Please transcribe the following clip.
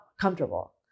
comfortable